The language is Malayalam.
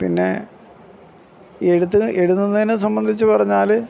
പിന്നെ എഴുത്ത് എഴുതുന്നതിനെ സംബന്ധിച്ച് പറഞ്ഞാൽ